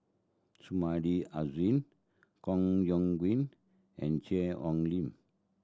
Sumida Haruzo Koh Yong Guan and Cheang Ong Lim